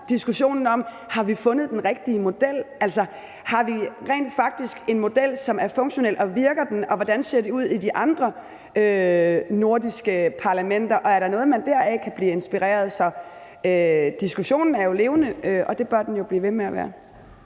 diskussionen om, om vi har fundet den rigtige model. Altså, har vi rent faktisk en model, som er funktionel, og virker den, og hvordan ser de ud i de andre nordiske parlamenter, og er der noget der, man kan blive inspireret af? Så diskussionen er jo levende, og det bør den blive ved med at være.